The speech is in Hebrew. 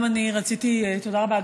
תודה רבה.